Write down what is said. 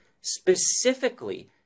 specifically